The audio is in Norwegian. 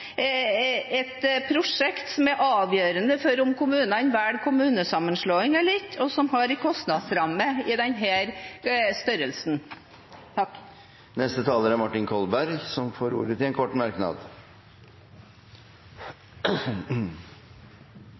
et prosjekt som er avgjørende for om kommunene velger sammenslåing eller ikke, og som har en kostnadsramme i denne størrelsen. Representanten Martin Kolberg har hatt ordet to ganger tidligere og får ordet til en kort merknad,